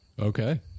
Okay